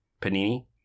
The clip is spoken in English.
panini